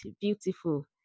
beautiful